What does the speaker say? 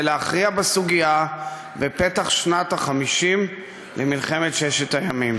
להכריע בסוגיה בפתח שנת ה-50 למלחמת ששת הימים.